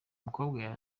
mukobwa